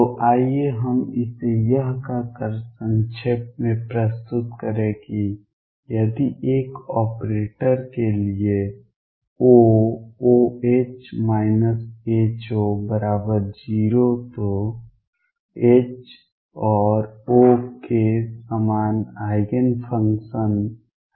तो आइए हम इसे यह कहकर संक्षेप में प्रस्तुत करें कि यदि एक ऑपरेटर के लिए O OH HO0 तो H और O के समान आइगेन फंक्शन्स हैं